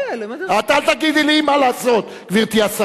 הוא מפריע לי.